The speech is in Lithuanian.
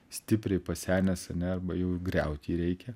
stipriai pasenęs ane arba jau griaut jį reikia